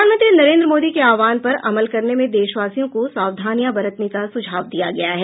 प्रधानमंत्री नरेंद्र मोदी के आह्वान पर अमल करने में देशवासियों को सावधानियां बरतने का सुझाव दिया गया है